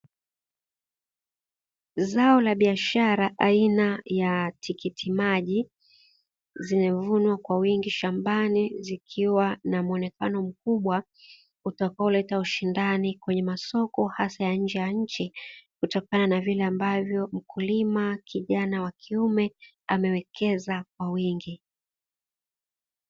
Zao la biashara aina ya tikitimaji, zimevunwa kwa wingi shambani zikiwa na muonekano mkubwa, utakaoleta ushindani kwenye masoko hasa ya nje ya nchi, kutokana na vile ambavyo mkulima kijana wa kiume amewekeza kwa wingi.